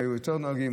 היו יותר נהגים,